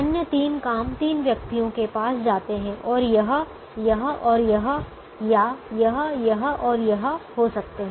अन्य तीन काम तीन व्यक्तियों के पास जाते हैं जो यह यह और यह या यह यह और यह हो सकते है